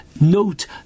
Note